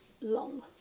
long